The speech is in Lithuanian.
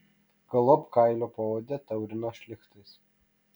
galop kailio paodę taurino šlichtais